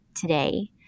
today